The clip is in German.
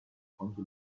konnte